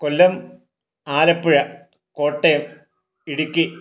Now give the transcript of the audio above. Kollam Alappuzha Kottayam Idukki